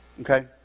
okay